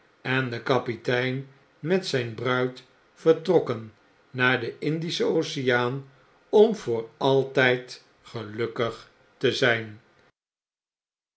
en de kapitein met zijn bruid vertrokken naar den indischen oceaan om voor altp gelukkig te zfln